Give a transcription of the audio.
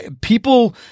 People